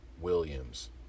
Williams